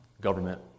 government